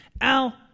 al